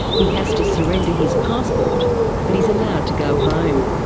he has to surrender his passport but he's allowed to go home.